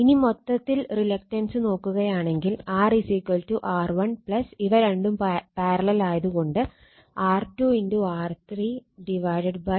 ഇനി മൊത്തത്തിൽ റിലക്റ്റൻസ് നോക്കുകയാണെങ്കിൽ R R1 ഇവ രണ്ടും പാരലൽ ആയത് കൊണ്ട് R2 R3 R2 R3